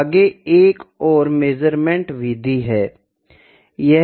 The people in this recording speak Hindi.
आगे हम एक और मेज़रमेंट विधि के बारे में चर्चा करेंगे